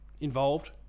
involved